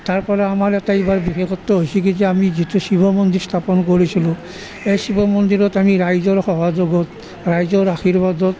তাৰপৰা আমাৰ এটা এইবাৰ বিশেষত্ব হৈছে কি যে আমি যিটো শিৱ মন্দিৰ স্থাপন কৰিছিলোঁ সেই শিৱ মন্দিৰত আমি ৰাইজৰ সহযোগত ৰাইজৰ আৰ্শীবাদত